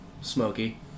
smoky